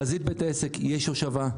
בחזית בית העסק יש הושבה,